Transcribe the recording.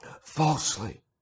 falsely